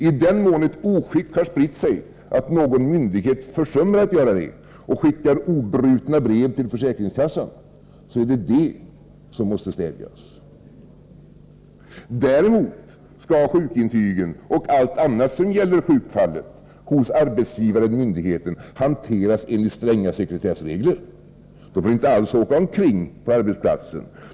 I den mån ett oskick har spritt sig att man försummat att göra detta och skickat obrutna brev till försäkringskassan, är det detta som måste stävjas. Däremot skall sjukintyg och allt annat som gäller sjukfallet hanteras enligt stränga sekretessregler hos arbetsgivaren och myndigheten. De får alltså inte åka omkring på arbetsplatsen.